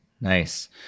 Nice